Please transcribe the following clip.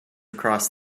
across